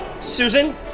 Susan